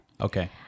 Okay